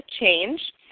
Change